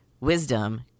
wisdom